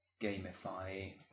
gamify